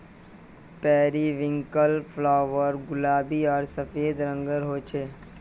periwinkle flower गुलाबी आर सफ़ेद रंगेर होचे